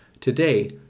Today